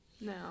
No